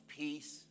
peace